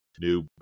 new